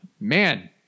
Man